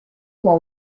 what